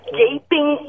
gaping